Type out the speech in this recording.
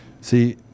See